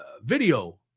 video